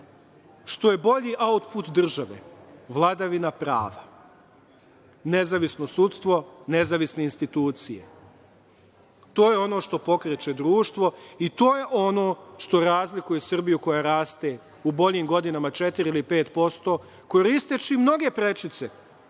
što je bolji autput države, vladavina prava, nezavisno sudstvo, nezavisne institucije. To je ono što pokreće društvo i to je ono što razlikuje Srbiju koja raste u boljim godinama 4% ili 5% koristeći mnoge prečice